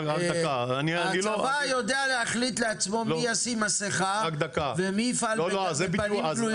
הצבא יודע להחליט לעצמו מי ישים מסכה ומי יפעל בפנים גלויות.